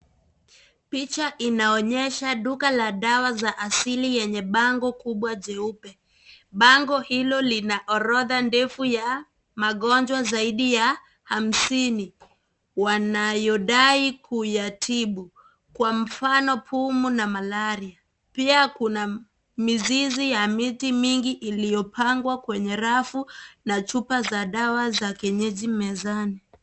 Picha inaonyesha duka la dawa za asili yenye bango kubwa jeupe. bango hilo lina orodha ndeufu ya magonjwa zaidi ya hamsini wanayodai kuyatibu kwa ,fano pumu na malaria. Pia kuna mizizi ya miti mingi iliyopangwa kwenye rafu na chupa za dawa za kienyeji mezani.